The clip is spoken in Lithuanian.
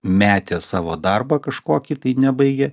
metė savo darbą kažkokį tai nebaigė